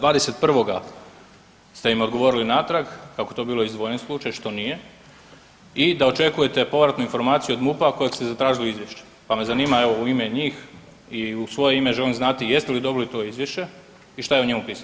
21. ste im odgovorili natrag kako je to bio izdvojen slučaj, što nije i da očekujete povratnu informaciju od MUP-a kojeg ste zatražili izvješće, pa me zanima evo, u ime njih i u svoje ime, želim znati jeste li dobili to izvješće i što je u njemu pisalo?